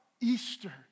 Easter